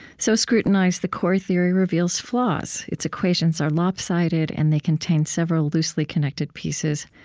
so scrutinized, the core theory reveals flaws. its equations are lopsided, and they contain several loosely connected pieces.